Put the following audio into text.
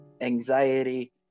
anxiety